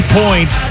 points